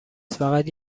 فقط